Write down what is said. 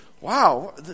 wow